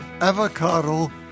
avocado